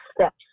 steps